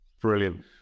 brilliant